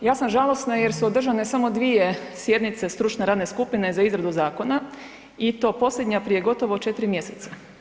Ja sam žalosna jer su održane samo dvije sjednice stručne radne skupine za izradu zakona i to posljednja prije gotovo 4 mjeseca.